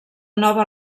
nova